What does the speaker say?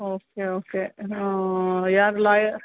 okay okay ಹಾಂ ಯಾರು lawyer